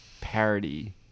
parody